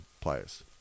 players